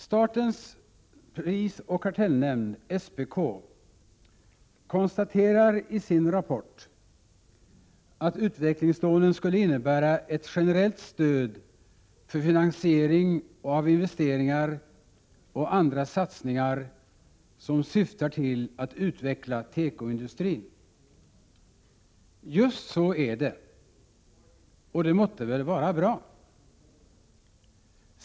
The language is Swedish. Statens prisoch kartellnämnd, SPK, konstaterar i sin rapport att utvecklingslånen skulle innebära ett generellt stöd för finansiering av investeringar och andra satsningar som syftar till att utveckla tekoindustrin. Just så är det, och det måtte väl vara bra.